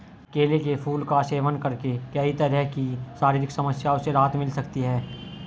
केले के फूल का सेवन करके कई तरह की शारीरिक समस्याओं से राहत मिल सकती है